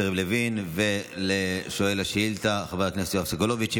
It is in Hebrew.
יריב לוין ולשואל השאילתה חבר הכנסת יואב סגלוביץ'.